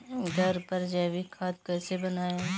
घर पर जैविक खाद कैसे बनाएँ?